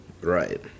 right